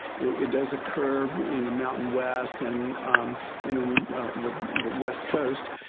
it does occur in the mountain west and and in the the west coast.